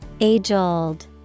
Age-old